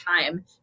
time